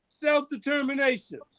self-determination